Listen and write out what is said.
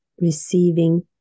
receiving